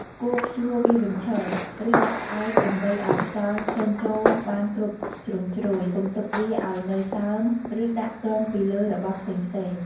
គួរព្យួរវាបញ្ឈរ ឬដាក់ផ្អែកដើម្បីឲ្យខ្យល់ចេញចូលបានគ្រប់ជ្រុងជ្រោយ កុំទុកវាឱ្យនៅសើម ឬដាក់គងពីលើរបស់ផ្សេងៗ។